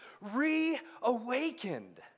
reawakened